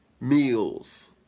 meals